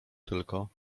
tylko